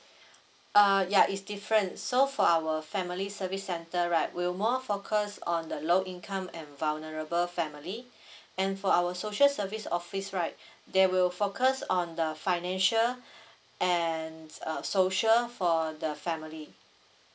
uh ya is different so for our family service center right will more focus on the low income and vulnerable family and for our social service office right they will focus on the financial and uh social for the family